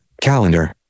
Calendar